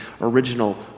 original